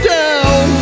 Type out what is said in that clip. down